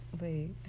Wait